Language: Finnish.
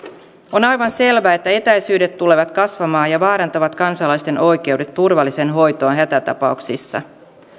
on aivan selvää että etäisyydet tulevat kasvamaan ja vaarantavat kansalaisten oikeudet turvalliseen hoitoon hätätapauksissa